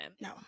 No